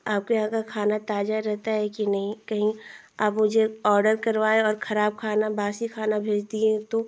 आपके यहाँ का खाना ताज़ा रहता है कि नहीं कहीं आप मुझे ऑर्डर करवाएँ और खराब खाना बासी खाना भेज दिए तो